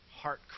heart